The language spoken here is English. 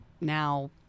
now